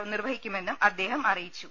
O നിർവഹി ക്കുമെന്നും അദ്ദേഹം അറിയിച്ചു